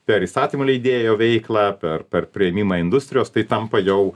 per įstatymų leidėjo veiklą per per priėmimą industrijos tai tampa jau